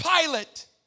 Pilate